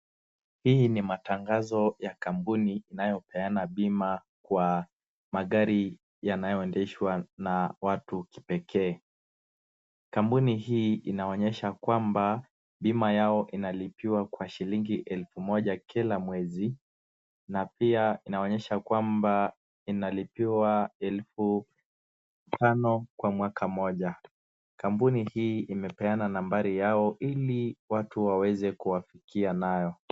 Hii ni matangazo ya kampuni inayopeana bima kwa magari yanayoendeshwa na watu wa kipekee. Kampuni hii inaonyesha kwamba bima yao inalipiwa kwa shilingi elfu moja kila mwezi na pia inaonyesha kwamba inalipiwa elfu tano kwa mwaka moja. Kampuni hii imepeana nambari yao ili watu waweze kuwafikia nayo.